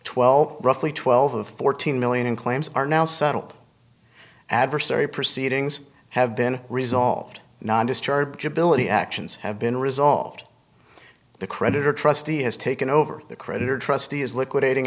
twelve roughly twelve fourteen million in claims are now settled adversary proceedings have been resolved not discharge ability actions have been resolved the creditor trustee has taken over the creditor trustee is liquidating